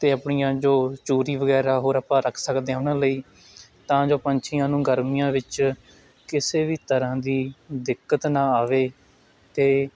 ਅਤੇ ਆਪਣੀਆਂ ਜੋ ਚੂਰੀ ਵਗੈਰਾ ਹੋਰ ਆਪਾਂ ਰੱਖ ਸਕਦੇ ਉਹਨਾਂ ਲਈ ਤਾਂ ਜੋ ਪੰਛੀਆਂ ਨੂੰ ਗਰਮੀਆਂ ਵਿੱਚ ਕਿਸੇ ਵੀ ਤਰ੍ਹਾਂ ਦੀ ਦਿੱਕਤ ਨਾ ਆਵੇ ਅਤੇ